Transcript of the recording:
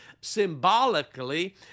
symbolically